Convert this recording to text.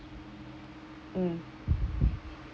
mm